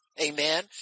Amen